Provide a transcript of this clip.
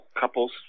couples